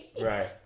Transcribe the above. Right